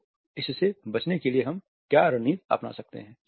तो इससे से बचने के लिए हम क्या रणनीति अपना सकते हैं